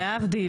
להבדיל.